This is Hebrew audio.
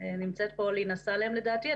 נמצאת פה לינא סאלם, לדעתי.